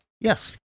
Yes